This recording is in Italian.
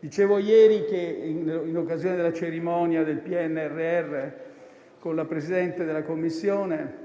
Dicevo ieri, in occasione della cerimonia del PNRR con la Presidente della Commissione